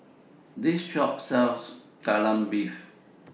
This Shop sells Kai Lan Beef